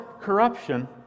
corruption